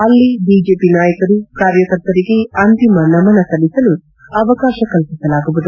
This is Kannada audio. ಅಲ್ಲಿ ಬಿಜೆಪಿ ನಾಯಕರು ಕಾರ್ಯಕರ್ತರಿಗೆ ಅಂತಿಮ ನಮನ ಸಲ್ಲಿಸಲು ಅವಕಾಶ ಕಲ್ಲಿಸಲಾಗುವುದು